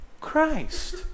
Christ